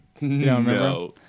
No